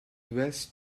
west